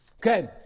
Okay